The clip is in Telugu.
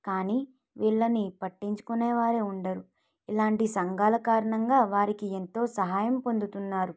కానీ వీళ్ళని పట్టించుకునే వారే ఉండరు ఇలాంటి సంఘాల కారణంగా వారికి ఎంతో సహాయం పొందుతున్నారు